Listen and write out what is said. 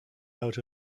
out